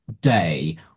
day